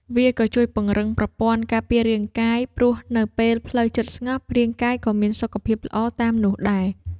វាក៏ជួយពង្រឹងប្រព័ន្ធការពាររាងកាយ ព្រោះនៅពេលផ្លូវចិត្តស្ងប់ រាងកាយក៏មានសុខភាពល្អតាមនោះដែរ។